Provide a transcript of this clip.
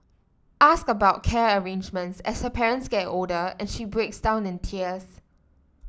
ask about care arrangements as her parents get older and she breaks down in tears